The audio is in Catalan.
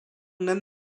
nen